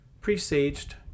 Presaged